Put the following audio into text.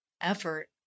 effort